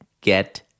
Get